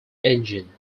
engine